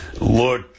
look